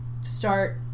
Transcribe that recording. start